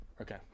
okay